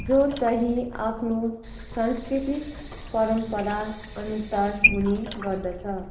जो चाहिँ आफ्नो सांस्कृतिक परम्पराअनुसार हुने गर्दछ